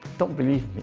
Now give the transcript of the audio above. don't believe